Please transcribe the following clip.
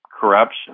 corruption